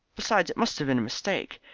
besides it must have been a mistake.